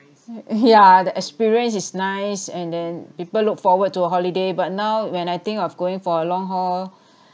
yeah the experience is nice and then people look forward to a holiday but now when I think of going for a long haul